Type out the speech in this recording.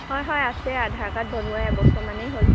হয় হয় আছে আধাৰ কাৰ্ড বনোৱা এবছৰমানেই হ'ল